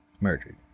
murdered